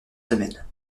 semaines